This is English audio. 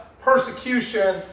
persecution